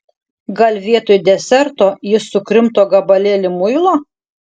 gal vietoj deserto jis sukrimto gabalėlį muilo